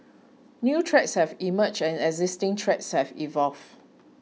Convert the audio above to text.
new threats have emerged and existing threats have evolved